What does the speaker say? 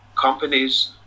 companies